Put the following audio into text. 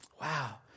Wow